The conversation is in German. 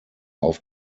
auf